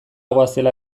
goazela